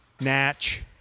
natch